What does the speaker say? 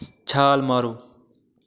ਛਾਲ ਮਾਰੋ